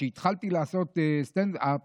כשהתחלתי לעשות סטנדאפ